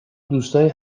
دوستایی